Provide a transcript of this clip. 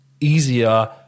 easier